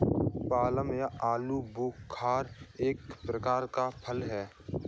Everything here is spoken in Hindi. प्लम या आलूबुखारा एक प्रकार का फल है